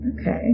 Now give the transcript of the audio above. Okay